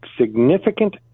significant